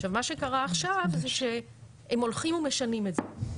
עכשיו מה שקרה עכשיו זה שהם הולכים ומשנים את זה.